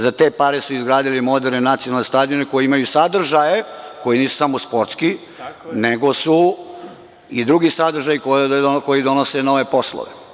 Za te pare su izgradili moderne nacionalne stadione koji imaju sadržaje, koji nisu samo sportski nego su i drugi sadržaji koji donose nove poslove.